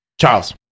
Charles